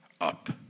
up